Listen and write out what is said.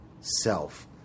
self